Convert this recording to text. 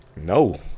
No